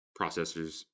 processors